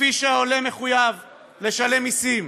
וכפי שהעולה מחויב לשלם מסים,